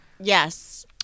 Yes